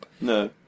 No